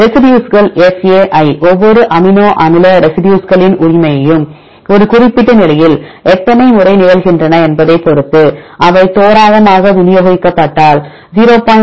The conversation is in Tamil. ரெசிடியூஸ்கள் fa ஒவ்வொரு அமினோ அமில ரெசிடியூஸ்களின் உரிமையும் குறிப்பிட்ட நிலையில் எத்தனை முறை நிகழ்கின்றன என்பதைப் பொறுத்து அவை தோராயமாக விநியோகிக்கப்பட்டால் 0